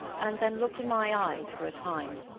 and then looked in my eyes for a time.